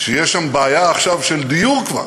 יש שם עכשיו בעיה של דיור, כבר,